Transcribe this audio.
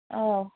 ꯑꯥꯎ